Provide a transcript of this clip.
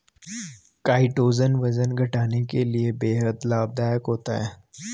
chitosan वजन घटाने के लिए बेहद लाभदायक होता है